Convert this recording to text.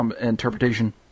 interpretation